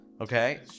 Okay